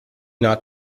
not